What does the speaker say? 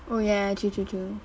oh ya true true true